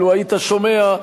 לו היית שומע,